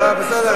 בסדר.